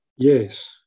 Yes